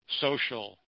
social